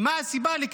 מה הסיבה לכך.